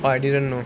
orh I didn't know